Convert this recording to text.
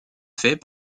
fait